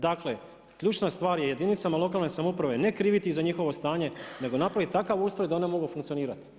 Dakle, ključna stvar je jedinicama lokalne samouprave, ne kriviti za njihovo stanje, nego napraviti takav ustroj da one mogu funkcionirati.